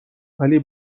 ولی